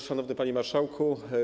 Szanowny Panie Marszałku!